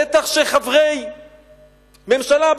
בטח שחברי ממשלה,